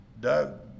Doug